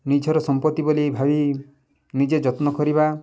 ନିଜର ସମ୍ପତ୍ତି ବୋଲି ଭାବି ନିଜେ ଯତ୍ନ କରିବା